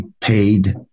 paid